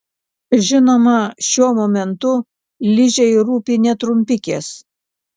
žinoma šiuo momentu ližei rūpi ne trumpikės